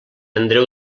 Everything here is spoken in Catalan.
andreu